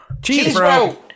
Cheesebro